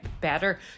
better